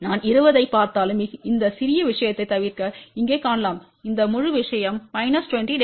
நான் 20 ஐப் பார்த்தாலும் இந்த சிறிய விஷயத்தைத் தவிர்த்து இங்கே காணலாம் இந்த முழு விஷயம் 20 dB